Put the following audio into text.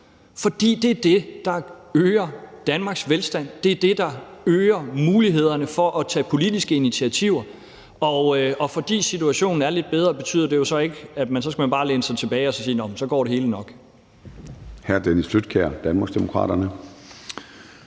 fordi det er det, der øger Danmarks velstand. Det er det, der øger mulighederne for at tage politiske initiativer – og bare fordi situationen er lidt bedre, betyder det jo ikke, at man så bare skal læne sig tilbage og sige: Nå, men så går det hele nok.